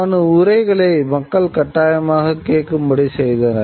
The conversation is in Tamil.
அவனது உரைகளை மக்கள் கட்டாயமாகக் கேட்கும்படி செய்தனர்